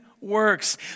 works